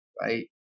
right